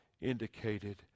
indicated